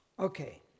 Okay